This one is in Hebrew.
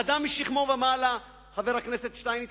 אדם משכמו ומעלה, חבר הכנסת שטייניץ.